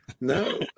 no